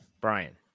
Brian